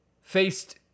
faced